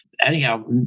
Anyhow